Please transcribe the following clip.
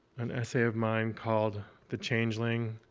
an essay of mine called the changeling.